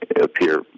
appear